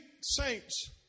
saints